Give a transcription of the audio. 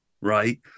right